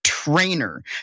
trainer